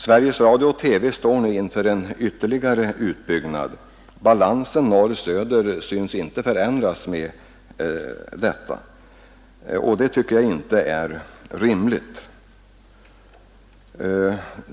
Sveriges Radio-TV står nu inför en ytterligare utbyggnad. Balansen norr—söder syns inte förändras med detta, och det tycker jag inte är rimligt.